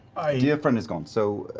dear friend is gone, so,